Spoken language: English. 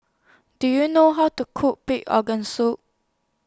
Do YOU know How to Cook Pig Organ Soup